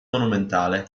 monumentale